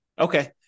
Okay